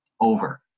over